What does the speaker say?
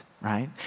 right